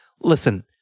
Listen